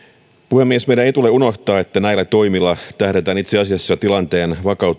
puhemies meidän ei tule unohtaa että näillä toimilla tähdätään itse asiassa tilanteen vakauttamiseen voidaan sanoa